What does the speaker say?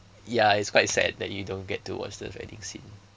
ya it's quite sad that you don't get to watch the wedding scene